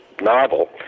novel